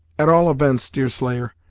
at all events, deerslayer,